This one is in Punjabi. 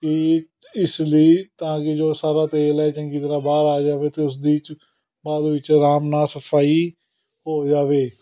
ਕਿ ਇਸ ਲਈ ਤਾਂ ਕਿ ਜੋ ਸਾਰਾ ਤੇਲ ਹੈ ਚੰਗੀ ਤਰ੍ਹਾਂ ਬਾਹਰ ਆ ਜਾਵੇ ਅਤੇ ਉਸਦੀ 'ਚ ਬਾਅਦ ਵਿੱਚ ਆਰਾਮ ਨਾਲ ਸਫਾਈ ਹੋ ਜਾਵੇ